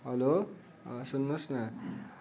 hello सुन्नुहोस् न